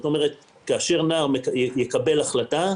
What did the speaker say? כאשר נער מקבל החלטה,